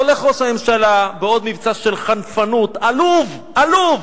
הולך ראש הממשלה בעוד מבצע של חנפנות, עלוב, עלוב,